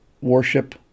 warship